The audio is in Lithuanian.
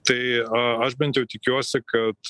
tai a aš bent jau tikiuosi kad